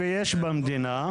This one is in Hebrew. ויש במדינה,